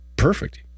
perfect